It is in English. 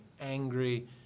angry